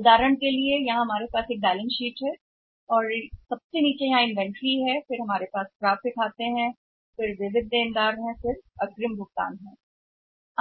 उदाहरण के लिए कहें कि हमारे पास एक बैलेंस शीट है यह बैलेंस शीट है और यह निचला भाग है हमारे पास इनवेंटरी है और फिर हमारे पास प्राप्य खाते हैं तो हमारे पास तब ऋणी हैं हमारे पास अग्रिम भुगतान सही है